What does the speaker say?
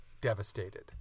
devastated